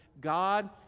God